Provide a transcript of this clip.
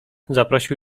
zaprosił